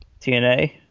TNA